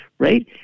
right